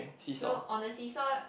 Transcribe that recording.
so on the seesaw